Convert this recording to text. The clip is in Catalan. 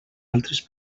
altres